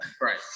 Right